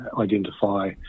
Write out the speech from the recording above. identify